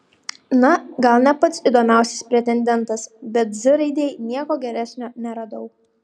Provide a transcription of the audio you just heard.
na gal ne pats įdomiausias pretendentas bet z raidei nieko geresnio neradau